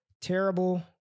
Terrible